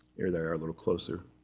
here they are a little closer.